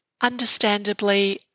understandably